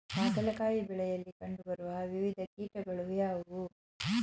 ಹಾಗಲಕಾಯಿ ಬೆಳೆಯಲ್ಲಿ ಕಂಡು ಬರುವ ವಿವಿಧ ಕೀಟಗಳು ಯಾವುವು?